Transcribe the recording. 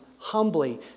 Humbly